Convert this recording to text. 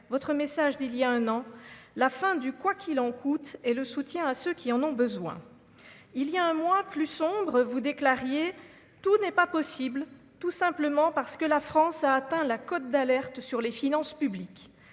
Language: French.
votre message d'il y a un an, la fin du quoi qu'il en coûte, et le soutien à ceux qui en ont besoin, il y a un mois, plus sombres, vous déclariez tout n'est pas possible, tout simplement parce que la France a atteint la cote d'alerte sur les finances publiques